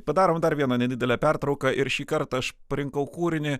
padarom dar vieną nedidelę pertrauką ir šįkart aš parinkau kūrinį